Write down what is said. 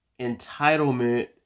entitlement